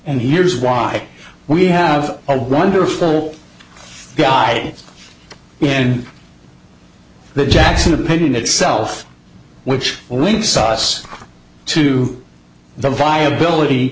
and here's why we have a wonderful guy in the jackson opinion itself which links us to the viability